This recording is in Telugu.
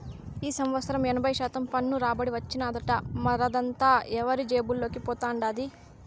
ఈ సంవత్సరం ఎనభై శాతం పన్ను రాబడి వచ్చినాదట, మరదంతా ఎవరి జేబుల్లోకి పోతండాది